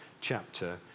chapter